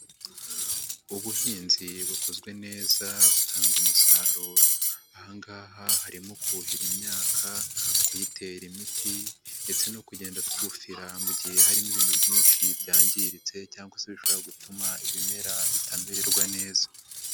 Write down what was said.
Ubuhinzi bukozwe neza butanga umusaruro. Aha ngaha harimo kuhira imyaka, kuyitera imiti ndetse no kugenda twufira mu gihe harimo ibintu byinshi byangiritse cyangwa se bishobora gutuma ibimera bitamererwa neza.